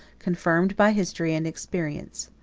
confirmed by history and experience.